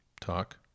talk